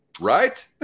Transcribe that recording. right